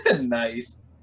nice